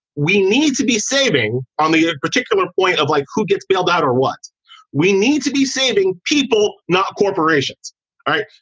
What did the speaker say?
we need to be saving on the particular point of like who gets bailed out or what we need to be saving people, not corporations. all right.